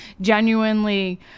genuinely